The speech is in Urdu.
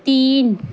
تین